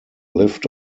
lived